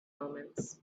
moments